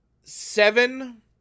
seven